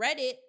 Reddit